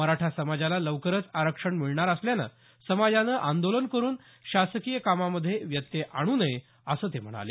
मराठा समाजाला लवकरच आरक्षण मिळणार असल्याम्ळे समाजानं आंदोलन करून शासकीय कामकाजामध्ये व्यत्यय आणू नये असं ते म्हणाले